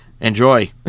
enjoy